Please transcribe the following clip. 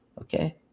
Okay